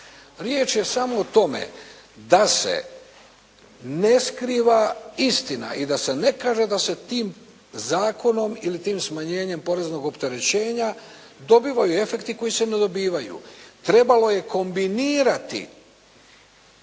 Riječ je samo o tome da se ne skriva istina i da se ne kaže da se tim zakonom ili tim smanjenjem poreznog opterećenja dobivaju efekti koji se ne dobivaju. Trebalo je kombinirati